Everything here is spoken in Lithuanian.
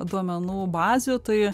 duomenų bazių tai